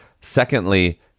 Secondly